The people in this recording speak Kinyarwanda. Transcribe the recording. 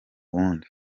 wundi